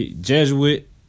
Jesuit